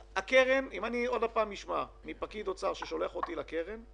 הקרן אם אני עוד פעם אשמע מפקיד אוצר ששולח אותי לקרן,